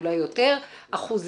אולי יותר אחוזים,